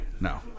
No